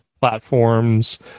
platforms